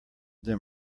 them